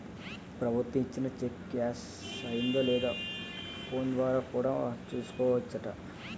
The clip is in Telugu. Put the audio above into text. ప్రభుత్వం ఇచ్చిన చెక్కు క్యాష్ అయిందో లేదో ఫోన్ ద్వారా కూడా చూసుకోవచ్చట